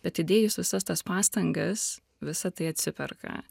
bet įdėjus visas tas pastangas visa tai atsiperka